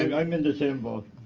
and i'm in the same boat.